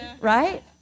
right